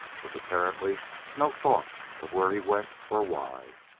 with apparently no thought of where he went or why.